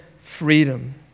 freedom